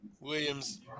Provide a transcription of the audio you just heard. Williams